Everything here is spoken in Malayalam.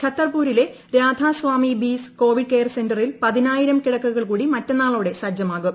ഛത്തർപൂരിലെ രാധാ സ്വാമി ബീസ് കോവിഡ് കെയർ സെന്ററിൽ പതിനായിരം കിടക്കകൾ കൂടി മറ്റന്നാളോടെ സജ്ജമാകും